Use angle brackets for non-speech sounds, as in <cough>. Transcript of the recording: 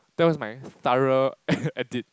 that was my thorough e~ <laughs> edit